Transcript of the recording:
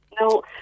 No